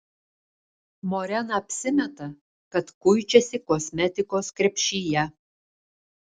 morena apsimeta kad kuičiasi kosmetikos krepšyje